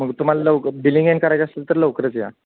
मग तुम्हाला लवकर बिलिंग आणि करायचं असेल तर लवकरच या